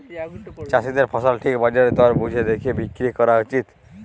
চাষীদের ফসল ঠিক বাজার দর বুঝে দ্যাখে বিক্রি ক্যরা উচিত